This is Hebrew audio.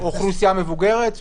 אוכלוסייה מבוגרת?